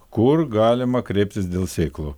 kur galima kreiptis dėl sėklų